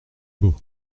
beaux